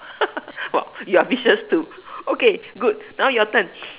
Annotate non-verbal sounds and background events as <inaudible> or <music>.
<laughs> !wah! you are vicious too okay good now your turn